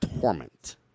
torment